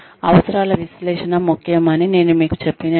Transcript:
అవసరాల విశ్లేషణ ముఖ్యం అని నేను మీకు చెప్పినట్లుగా